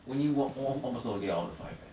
only one on~ one person will get out of the five eh